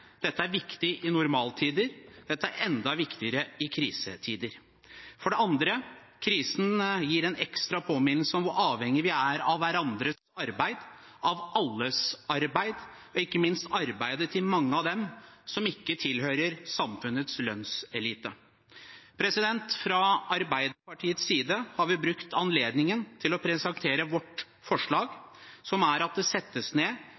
Dette er viktig i normale tider, og det er enda viktigere i krisetider. For det andre: Krisen gir en ekstra påminnelse om hvor avhengige vi er av hverandres arbeid, av alles arbeid, og ikke minst arbeidet til mange av dem som ikke tilhører samfunnets lønnselite. Fra Arbeiderpartiets side har vi brukt anledningen til å presentere vårt forslag, som er at det settes ned